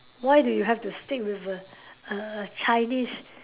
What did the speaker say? why do you have to stick with a a a Chinese